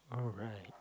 alright